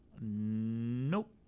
Nope